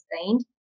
sustained